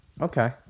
Okay